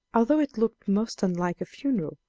although it looked most unlike a funeral,